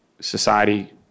society